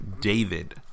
David